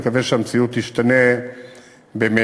אני מקווה שהמציאות תשתנה במהרה.